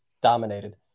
dominated